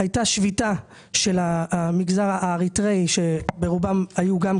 כשהייתה שביתה של המגזר האריתראי שברובו עבד